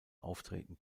auftreten